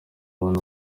bane